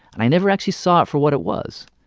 and i never actually saw it for what it was.